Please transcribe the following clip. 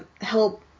help